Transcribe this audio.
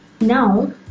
now